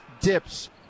dips